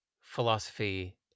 philosophy